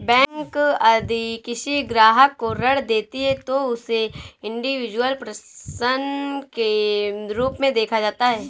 bank यदि किसी ग्राहक को ऋण देती है तो उसे इंडिविजुअल पर्सन के रूप में देखा जाता है